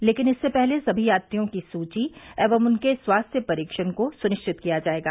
लेकिन इससे पहले सभी यात्रियों की सूची एवं उनके स्वास्थ्य परीक्षण को सुनिश्चित किया जायेगा